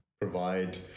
provide